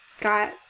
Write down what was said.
got